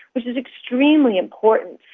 which is extremely important.